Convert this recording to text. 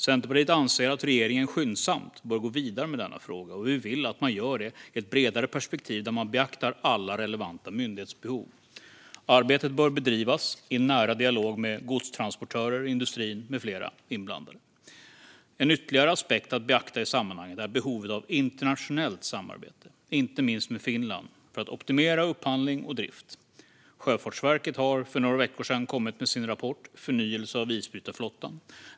Centerpartiet anser att regeringen skyndsamt bör gå vidare med denna fråga, och vi vill att man gör det i ett bredare perspektiv där man beaktar alla relevanta myndighetsbehov. Arbetet bör bedrivas i nära dialog med godstransportörer, industrin med flera inblandade. En ytterligare aspekt att beakta i sammanhanget är behovet av internationellt samarbete, inte minst med Finland, för att optimera upphandling och drift. Sjöfartsverket har för några veckor sedan kommit med sin rapport om förnyelse av isbrytarflottan.